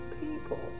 people